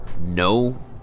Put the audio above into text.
no